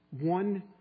One